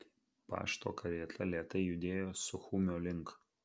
pašto karieta lėtai judėjo suchumio link